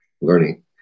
learning